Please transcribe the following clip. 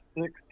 six